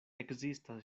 ekzistas